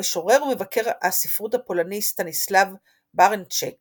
המשורר ומבקר הספרות הפולני סטניסלב בארנצ'ק